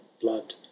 blood